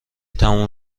تموم